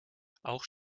auch